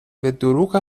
بهدروغ